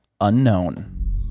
unknown